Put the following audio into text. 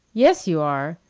yes, you are!